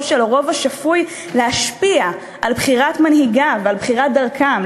של הרוב השפוי להשפיע על בחירת מנהיגיו ועל בחירת דרכם,